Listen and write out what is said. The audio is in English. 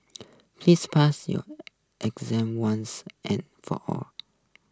please pass your exam once and for all